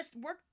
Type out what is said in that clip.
work